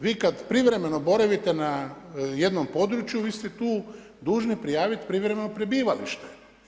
Vi kada privremeno boravite na jednom području vi ste tu dužni prijaviti privremeno prebivalište.